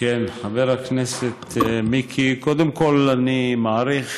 חבר הכנסת מיקי, קודם כול, אני מעריך